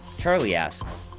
charlie asks,